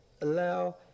allow